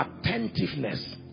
attentiveness